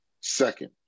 Second